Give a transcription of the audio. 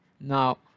now